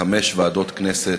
בחמש מוועדות הכנסת,